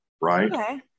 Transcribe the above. Right